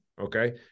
Okay